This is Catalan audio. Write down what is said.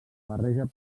barreja